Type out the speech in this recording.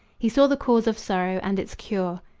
he saw the cause of sorrow, and its cure.